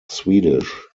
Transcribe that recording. swedish